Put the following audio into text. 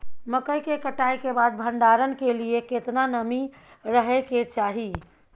मकई के कटाई के बाद भंडारन के लिए केतना नमी रहै के चाही?